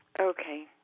Okay